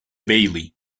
bailey